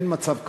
אין מצב כזה.